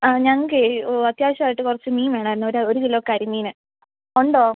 ഞങ്ങൾക്കേ അത്യാവശ്യമായിട്ട് കുറച്ച് മീൻ വേണമായിരുന്നു ഒരു ഒരു കിലോ കരിമീൻ ഉണ്ടോ